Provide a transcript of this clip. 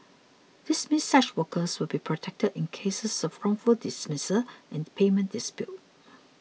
this means such workers will be protected in cases of wrongful dismissals and payment disputes